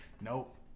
Nope